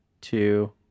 two